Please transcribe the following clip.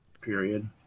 Period